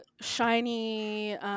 Shiny